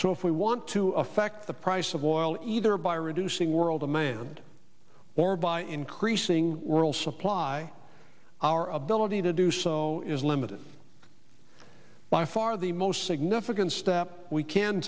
so if we want to affect the price of oil either by reducing world demand or by increasing world supply our ability to do so is limited by far the most significant step we can